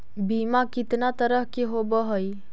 बीमा कितना तरह के होव हइ?